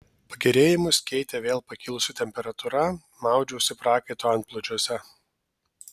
pagerėjimus keitė vėl pakilusi temperatūra maudžiausi prakaito antplūdžiuose